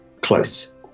close